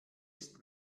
ist